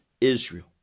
Israel